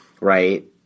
right